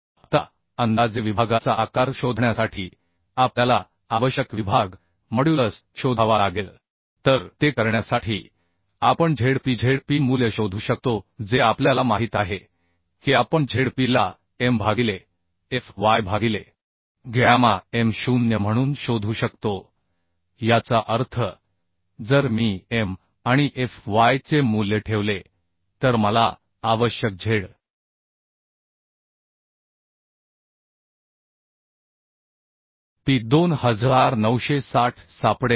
आता अंदाजे विभागाचा आकार शोधण्यासाठी आपल्याला आवश्यक विभाग मॉड्युलस शोधावा लागेल तर ते करण्यासाठी आपण Z p Z p मूल्य शोधू शकतो जे आपल्याला माहित आहे की आपण Z p ला m भागिले f y भागिले गॅमा m 0 म्हणून शोधू शकतो याचा अर्थ जर मी m आणि f y चे मूल्य ठेवले तर मला आवश्यक Z p 2960 सापडेल